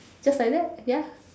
just like that ya